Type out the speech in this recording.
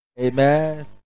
amen